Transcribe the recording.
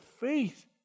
faith